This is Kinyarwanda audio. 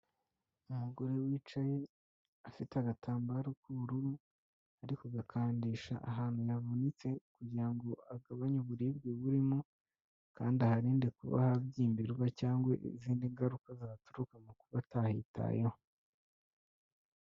Umugore wicaye afite agatambaro k'ubururu, ari kugakandisha ahantu yavunitse, kugira ngo agabanye uburibwe burimo kandi aharinde kuba habyimbirwa cyangwa izindi ngaruka zaturuka mu kuba atahitayeho.